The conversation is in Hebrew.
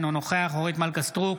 אינו נוכח אורית מלכה סטרוק,